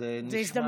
וזה נשמע נהדר.